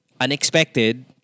unexpected